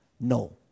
No